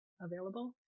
available